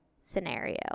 scenario